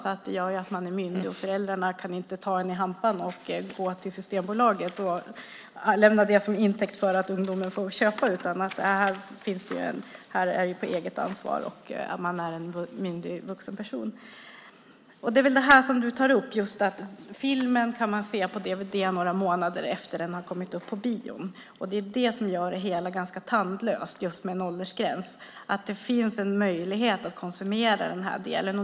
Då är man myndig, och föräldrarna kan inte ta en i hampan, gå till Systembolaget och lämna det som intäkt för att ungdomar får köpa, utan där är det på eget ansvar. Man är en myndig vuxen person. Du tar upp att man kan se film på dvd några månader efter det att den har kommit upp på bio. Att det finns en möjlighet att konsumera den ändå gör det ganska tandlöst med en åldersgräns.